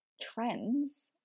trends